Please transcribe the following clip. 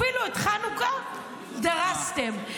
אפילו את חנוכה דרסתם.